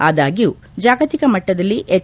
ಆದಾಗ್ಲೂ ಜಾಗತಿಕ ಮಟ್ಟದಲ್ಲಿ ಹೆಚ್